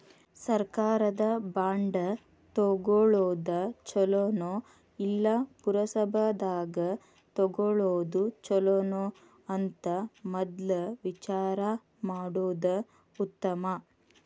ಸರ್ಕಾರದ ಬಾಂಡ ತುಗೊಳುದ ಚುಲೊನೊ, ಇಲ್ಲಾ ಪುರಸಭಾದಾಗ ತಗೊಳೊದ ಚುಲೊನೊ ಅಂತ ಮದ್ಲ ವಿಚಾರಾ ಮಾಡುದ ಉತ್ತಮಾ